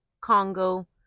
congo